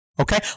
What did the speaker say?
Okay